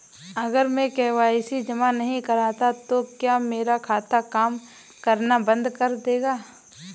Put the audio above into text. अगर मैं के.वाई.सी जमा नहीं करता तो क्या मेरा खाता काम करना बंद कर देगा?